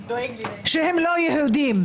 שהם לא יהודים,